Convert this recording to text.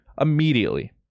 Immediately